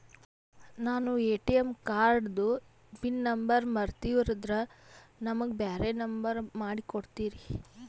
ನಾನು ಎ.ಟಿ.ಎಂ ಕಾರ್ಡಿಂದು pin number ಮರತೀವಂದ್ರ ನಮಗ ಬ್ಯಾರೆ ನಂಬರ್ ಮಾಡಿ ಕೊಡ್ತೀರಿ?